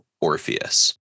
Orpheus